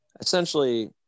essentially